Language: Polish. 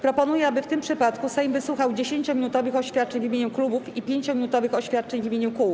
Proponuję, aby w tym przypadku Sejm wysłuchał 10-minutowych oświadczeń w imieniu klubów i 5-minutowych oświadczeń w imieniu kół.